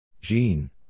Jean